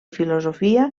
filosofia